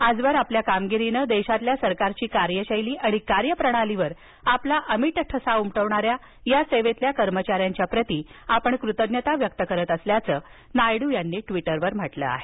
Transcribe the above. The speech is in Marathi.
आजवर आपल्या कामगिरीनं देशातील सरकारच्या कार्यशैली आणि कार्यप्रणालीवर आपला अमिट ठसा उमटविणाऱ्या या सेवेतील कर्मचाऱ्यांच्या प्रती आपण कृतज्ञता व्यक्त करित असल्याचं नायडू यांनी ट्वीटरवर म्हटलं आहे